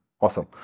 Awesome